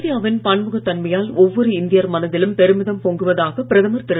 இந்தியாவின் பன்முகத் தன்மையால் ஒவ்வொரு இந்தியர் மனதிலும் பெருமிதம் பொங்குவதாக பிரதமர் திரு